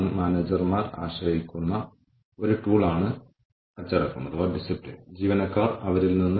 അതിനാൽ നമ്മൾ ചെയ്യുന്നതെന്തും ആർക്കും ഉപയോഗപ്രദമാണോ അല്ലയോ എന്ന് വിലയിരുത്തുന്നതിനുള്ള വളരെ ലളിതമായ പ്ലസ് മൈനസ് രീതിയാണിത്